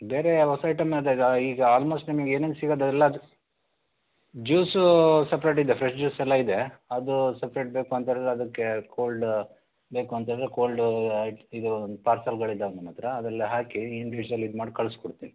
ಬೇರೆ ಹೊಸ ಐಟಮ್ ಅದೇ ದ ಈಗ ಆಲ್ಮೋಸ್ಟ್ ನಿಮಗೆ ಏನೇನು ಸಿಗುತ್ತೆ ಅದೆಲ್ಲವು ಜ್ಯೂಸು ಸಪ್ರೇಟಿದೆ ಫ್ರೆಶ್ ಜ್ಯೂಸೆಲ್ಲ ಇದೆ ಅದು ಸಪ್ರೇಟ್ ಬೇಕು ಅಂತ ಹೇಳಿದ್ರೆ ಅದಕ್ಕೆ ಕೋಲ್ಡ ಬೇಕು ಅಂತ ಹೇಳದ್ರೆ ಕೋಲ್ಡ ಇದು ಪಾರ್ಸಲ್ಗಳು ಇದ್ದಾವೆ ನಮ್ಮ ಹತ್ರ ಅದರಲ್ಲಿ ಹಾಕಿ ಇಂಡಿವಿಶುಅಲ್ ಇದು ಮಾಡಿ ಕಳ್ಸ್ಕೊಡ್ತೀನಿ